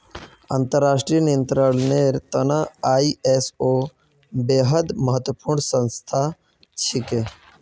अंतर्राष्ट्रीय नियंत्रनेर त न आई.एस.ओ बेहद महत्वपूर्ण संस्था छिके